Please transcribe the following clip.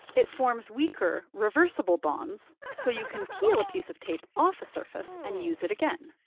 it forms weaker, reversible bonds, so you can peel a piece of tape off a surface and use it again.